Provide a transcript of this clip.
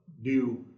new